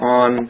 on